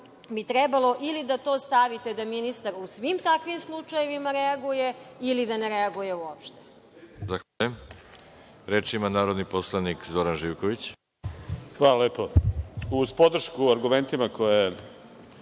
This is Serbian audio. bi trebalo, ili da to stavite da ministar u svim takvim slučajevima reaguje, ili da ne reaguje uopšte.